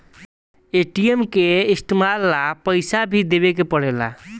ATM के इस्तमाल ला पइसा भी देवे के पड़ेला